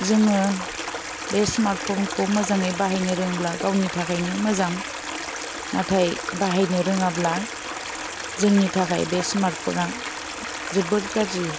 जोङो बे स्मार्ट फनखौ मोजाङै बाहायनो रोंब्ला गावनि थाखायनो मोजां नाथाय बाहायनो रोङाब्ला जोंनि थाखाय बे स्मार्ट फना जोबोर गाज्रि